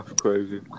crazy